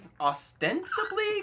ostensibly